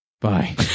Bye